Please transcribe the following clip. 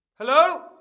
Hello